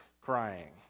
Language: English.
crying